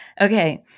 Okay